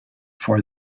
for